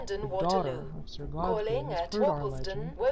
the daughter of sir godfrey has heard our legend,